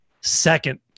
second